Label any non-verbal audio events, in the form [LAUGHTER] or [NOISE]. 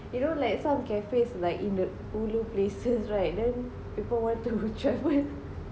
you know like some cafes like in the ulu places right then people want to [LAUGHS]